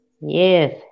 Yes